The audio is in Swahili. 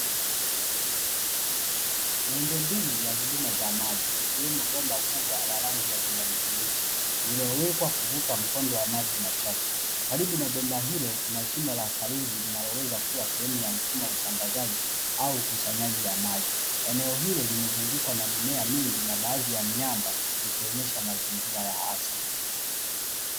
Miundombinu ya huduma za Maji, ikiwemo bomba kubwa la rangi la kijani kibichi lililowekwa kuvuka mkondo wa maji machafu. Karibu na bomba hilo kuna shimo la saruji, linaloweza kuwa sehemu ya mfumo wa usambazaji au ukusanyaji wa maji. Eneo hilo limezungukwa na mimea mingi na baadhi ya miamba, likionyesha mazingira ya asili.